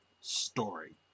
story